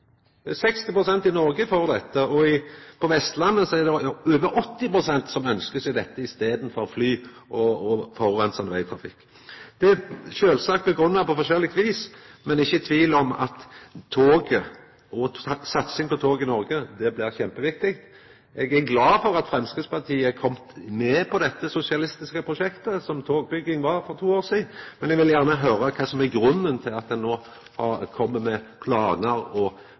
pst. i Noreg er for dette, og på Vestlandet er det over 80 pst. som ønskjer dette i staden for fly og forureinande vegtrafikk. Det blir sjølvsagt grunngjeve på forskjellige vis, men det er ikkje tvil om at satsing på tog i Noreg blir kjempeviktig. Eg er glad for at Framstegspartiet er kome med på dette «sosialistiske» prosjektet, som togbygging var for to år sidan – men eg vil gjerne høyra kva som er grunnen til at ein no kjem med planar og